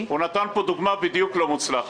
הוא נתן פה דוגמה לא מוצלחת.